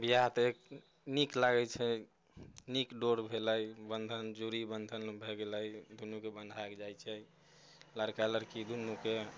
बिआह तऽ नीक लागैत छै नीक डोर भेलै बंधन जोड़ी बंधन भए गेलै दुनूके बंधा जाइत छै लड़का लड़की दुनूके